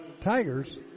Tigers